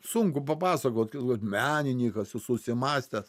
sunku papasakot meninykas su susimąstęs